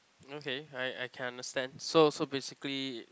okay I I can understand so so basically